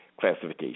Classification